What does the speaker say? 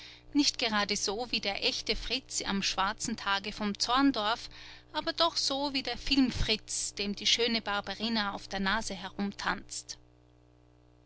nicht gerade so wie der echte fritz am schwarzen tage von zorndorf aber doch so wie der film-fritz dem die schöne barberina auf der nase herumtanzt